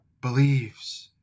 believes